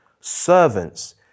servants